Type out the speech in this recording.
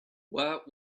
what